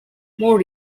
more